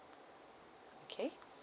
okay